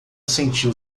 sentiu